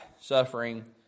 suffering